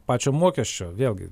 pačio mokesčio vėlgi